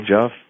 Jeff